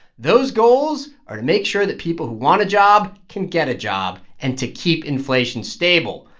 those goals are to make sure that people who want a job can get a job and to keep inflation stable.